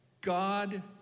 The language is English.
God